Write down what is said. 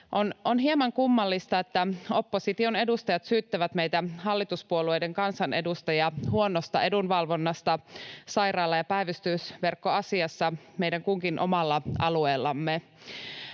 on hieman kummallista, että opposition edustajat syyttävät meitä hallituspuolueiden kansanedustajia huonosta edunvalvonnasta sairaala- ja päivystysverkkoasiassa meidän kunkin omalla alueellamme.